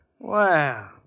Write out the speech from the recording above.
Wow